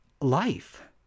life